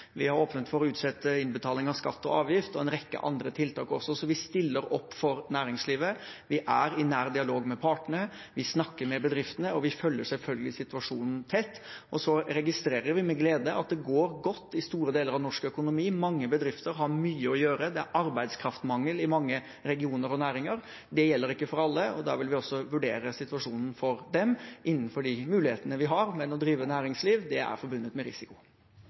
Vi har åpnet for å utsette innbetaling av skatt og avgift, og har også en rekke andre tiltak, så vi stiller opp for næringslivet. Vi er i nær dialog med partene, vi snakker med bedriftene, og vi følger selvfølgelig situasjonen tett. Vi registrerer også med glede at det går godt i store deler av norsk økonomi. Mange bedrifter har mye å gjøre. Det er arbeidskraftmangel i mange regioner og næringer. Det gjelder ikke for alle, og da vil vi også vurdere situasjonen for dem innenfor de mulighetene vi har, men å drive næringsliv er forbundet med risiko.